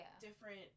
different